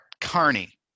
Carney